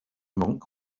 monk